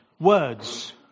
Words